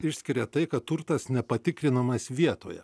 išskiria tai kad turtas nepatikrinamas vietoje